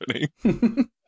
happening